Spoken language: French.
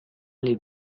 les